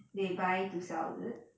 they buy to sell is it